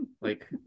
like-